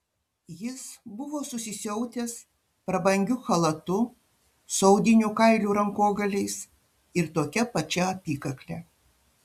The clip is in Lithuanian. jis buvo susisiautęs prabangiu chalatu su audinių kailių rankogaliais ir tokia pačia apykakle